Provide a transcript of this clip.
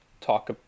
talk